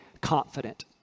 confident